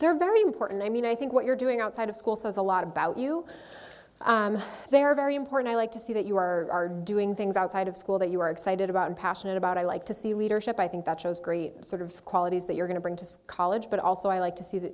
they're very important i mean i think what you're doing outside of school says a lot about you they're very important i like to see that you are doing things outside of school that you are excited about and passionate about i like to see leadership i think that shows great sort of qualities that you're going to bring to college but also i like to see that